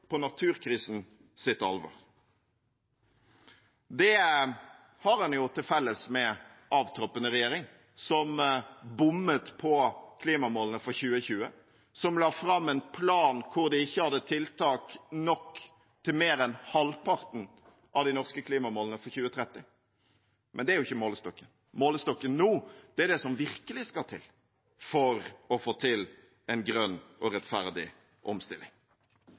på naturkrisens alvor. Det har den jo til felles med avtroppende regjering, som bommet på klimamålene for 2020, som la fram en plan der de ikke hadde tiltak til mer enn halvparten av de norske klimamålene for 2030. Men det er jo ikke målestokken. Målestokken nå er det som virkelig skal til for å få til en grønn og rettferdig omstilling.